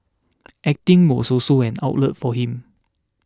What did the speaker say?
acting was also an outlet for him